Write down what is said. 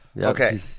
okay